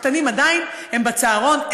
הקטנים עדיין בצהרון.